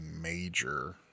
major